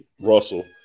Russell